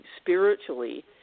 spiritually